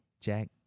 Jack